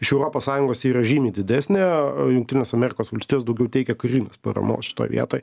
iš europos sąjungos yra žymiai didesnė jungtinės amerikos valstijos daugiau teikia karinės paramos šitoj vietoj